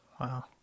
Wow